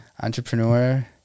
entrepreneur